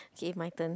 K my turn